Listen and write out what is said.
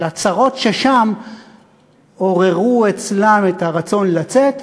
שהצרות ששם עוררו אצלם את הרצון לצאת,